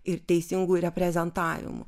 ir teisingu reprezentavimu